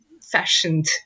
fashioned